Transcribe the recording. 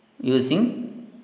using